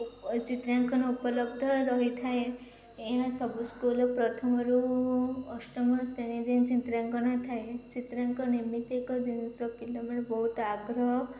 ଓ ଚିତ୍ରାଙ୍କନ ଉପଲବ୍ଧ ରହିଥାଏ ଏହା ସବୁ ସ୍କୁଲ୍ ପ୍ରଥମରୁ ଅଷ୍ଟମ ଶ୍ରେଣୀ ଯାଏଁ ଚିତ୍ରାଙ୍କନ ଥାଏ ଚିତ୍ରାଙ୍କନ ଏମିତି ଏକ ଜିନିଷ ପିଲା ବହୁତ ଆଗ୍ରହ